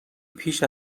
پیش